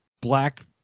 black